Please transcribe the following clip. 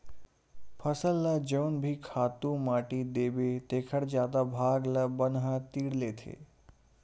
फसल ल जउन भी खातू माटी देबे तेखर जादा भाग ल बन ह तीर लेथे